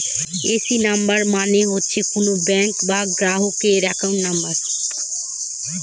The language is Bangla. এ.সি নাম্বার মানে হচ্ছে কোনো ব্যাঙ্ক গ্রাহকের একাউন্ট নাম্বার